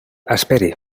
esperi